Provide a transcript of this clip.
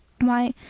why,